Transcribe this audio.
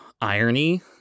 irony